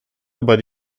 aber